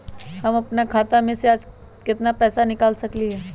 हम अपन खाता में से आज केतना पैसा निकाल सकलि ह?